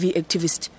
activist